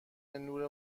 نور